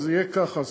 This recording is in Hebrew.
אז יהיה ככה,